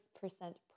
percent